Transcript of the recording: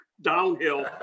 downhill